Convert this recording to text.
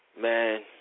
man